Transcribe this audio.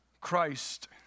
Christ